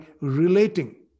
relating